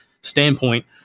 standpoint